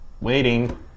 Waiting